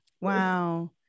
Wow